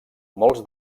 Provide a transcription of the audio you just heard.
molts